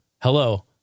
Hello